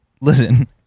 Listen